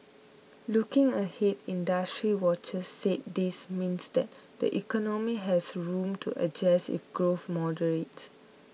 looking ahead industry watchers said this means that the economy has room to adjust if growth moderates